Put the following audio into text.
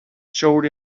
showed